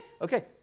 Okay